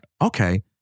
okay